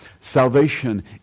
Salvation